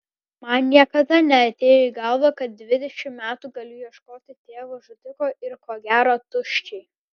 man niekada neatėjo į galvą kad dvidešimt metų galiu ieškoti tėvo žudiko ir ko gero tuščiai